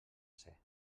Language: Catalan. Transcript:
ser